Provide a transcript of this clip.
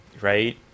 right